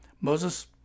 Moses